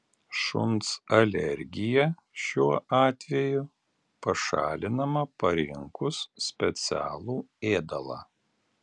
šuns alergija šiuo atveju pašalinama parinkus specialų ėdalą